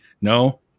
No